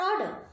order